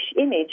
image